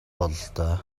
бололтой